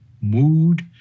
mood